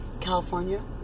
California